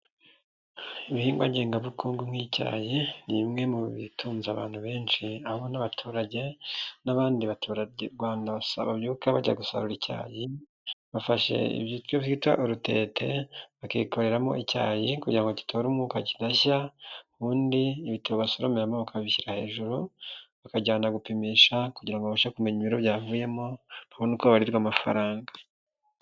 Ibihingwa ngengabukungu nk'icyayi ni bimwe mu bitunze abantu benshi, abo n'abaturage n'abandi batura Rwanda babyuka bajya gusarura icyayi, bafashe ibyo bita urutete bakikoreramo icyayi kugira ngo gitora umwuka kidashya, ubundi ibitabo basoromeyemo bakabishyira hejuru, bakajyana gupimisha kugira babashe kumenya ibiro byavuyemo, babone uko babarirwa amafaranga.